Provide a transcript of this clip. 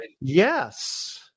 Yes